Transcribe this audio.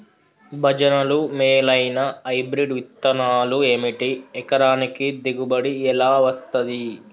భజనలు మేలైనా హైబ్రిడ్ విత్తనాలు ఏమిటి? ఎకరానికి దిగుబడి ఎలా వస్తది?